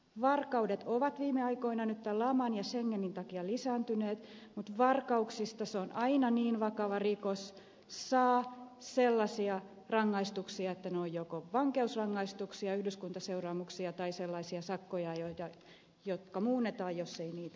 varkaudet ovat viime aikoina nyt tämän laman ja schengenin takia lisääntyneet mutta varkauksista se on aina niin vakava rikos saa sellaisia rangaistuksia että ne ovat joko vankeusrangaistuksia yhdyskuntaseuraamuksia tai sellaisia sakkoja jotka muunnetaan jos ei niitä makseta